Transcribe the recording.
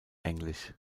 englisch